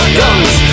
guns